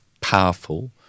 powerful